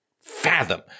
fathom